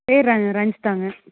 பெயர் ரஞ்சிதாங்க